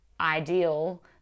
ideal